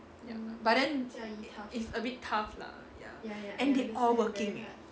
ya but then it's a bit tough lah ya and they all working leh